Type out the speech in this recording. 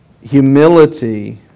humility